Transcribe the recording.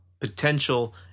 potential